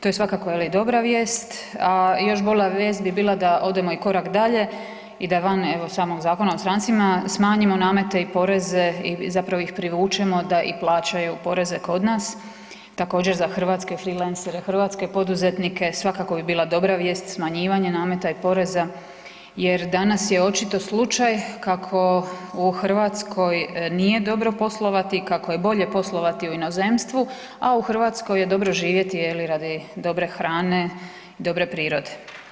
To je svakako je li, dobra vijest, a još bolja vijest bi bila da odemo i korak dalje i da van evo, samog Zakona o strancima smanjimo namete i poreze i zapravo ih privučemo da i plaćaju poreze kod nas, također, za hrvatske freelancere, hrvatske poduzetnike, svakako bi bila dobra vijest smanjivanje nameta i poreza jer, danas je očito slučaj kako u Hrvatskoj nije dobro poslovati, kako je bolje poslovati u inozemstvu, a u Hrvatskoj je dobro živjeti je li, radi dobre hrane i dobre prirode.